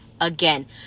again